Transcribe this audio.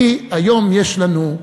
כי היום יש לנו,